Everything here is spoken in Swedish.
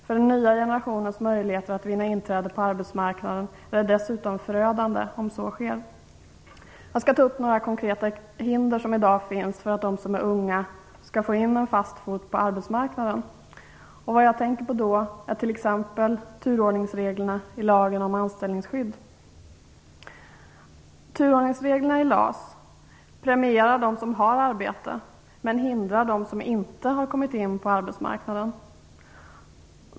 För den nya generationens möjligheter att vinna inträde på arbetsmarknaden är det dessutom förödande om så sker. Jag skall ta upp exempel på några konkreta hinder som i dag finns för att de som är unga skall kunna få in en fot på arbetsmarknaden. Vad jag då tänker på är t.ex. turordningsreglerna i lagen om anställningsskydd. Turordningsreglerna i LAS premierar dem som har arbete, men de hindrar dem som inte har kommit in på arbetsmarknaden.